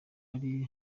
ari